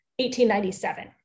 1897